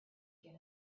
get